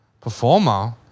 performer